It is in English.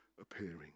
appearing